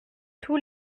tous